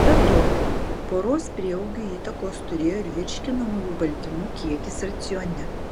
be to paros prieaugiui įtakos turėjo ir virškinamųjų baltymų kiekis racione